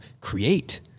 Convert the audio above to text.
create